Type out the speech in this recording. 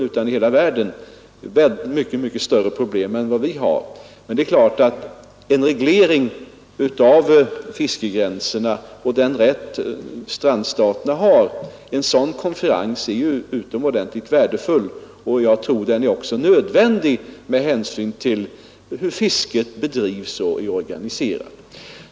På många håll är problemen i det fallet oerhört mycket större än de problem vi har. En konferens om reglering av fiskegränserna och om strandstaternas rätt till fiske är naturligtvis oerhört värdefull, och jag tror också att den är nödvändig med hänsyn till hur fisket bedrivs och är organiserat.